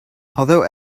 although